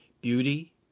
beauty